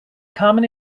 common